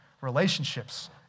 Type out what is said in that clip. relationships